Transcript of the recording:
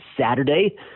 Saturday